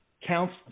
counts